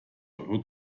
euro